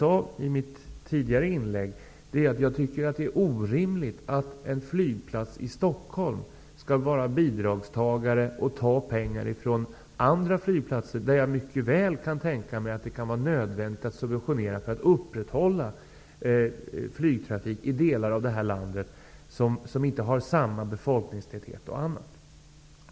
I mitt tidigare inlägg sade jag att jag tycker att det är orimligt att en flyplats i Stockhom skall ta emot bidrag från andra flygplatser. Jag kan mycket väl tänka mig att det kan vara nödvändigt med subventioner för att upprätthålla flygtrafik i delar av landet som inte har exempelvis samma befolkningstäthet.